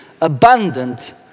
abundant